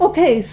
Okay